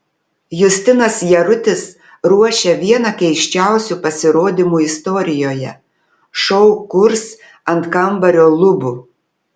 justinas jarutis ruošia vieną keisčiausių pasirodymų istorijoje šou kurs ant kambario lubų